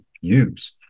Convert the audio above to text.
use